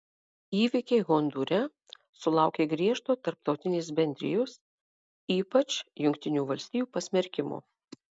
įvykiai hondūre sulaukė griežto tarptautinės bendrijos ypač jungtinių valstijų pasmerkimo